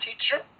teacher